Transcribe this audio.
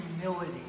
humility